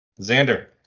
Xander